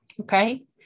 okay